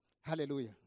Hallelujah